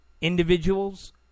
individuals